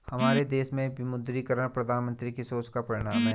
हमारे देश में विमुद्रीकरण प्रधानमन्त्री की सोच का परिणाम है